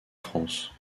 france